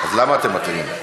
אז למה אתם מפריעים?